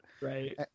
Right